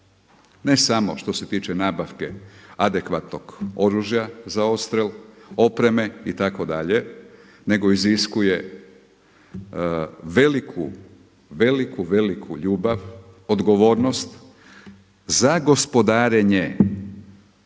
ne samo što se tiče nabavke adekvatnog oružja za odstrel, opreme itd. nego iziskuje veliku, veliku ljubav, odgovornost za gospodarenje